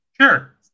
Sure